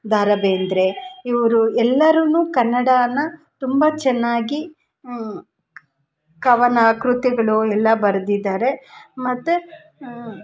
the Ra Bendre ಇವರು ಎಲ್ಲರು ಕನ್ನಡಾನ ತುಂಬ ಚೆನ್ನಾಗಿ ಕವನ ಕೃತಿಗಳು ಎಲ್ಲಾ ಬರೆದಿದ್ದಾರೆ ಮತ್ತು